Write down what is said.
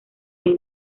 del